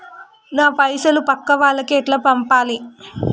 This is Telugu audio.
నా పైసలు పక్కా వాళ్లకి ఎట్లా పంపాలి?